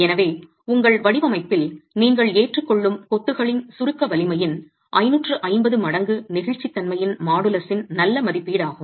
எனவே உங்கள் வடிவமைப்பில் நீங்கள் ஏற்றுக்கொள்ளும் கொத்துகளின் சுருக்க வலிமையின் 550 மடங்கு நெகிழ்ச்சித்தன்மையின் மாடுலஸின் நல்ல மதிப்பீடாகும்